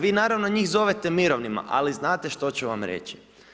Vi naravno njih zovete mirovnima, ali znate što ću vam reći?